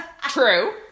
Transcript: True